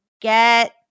get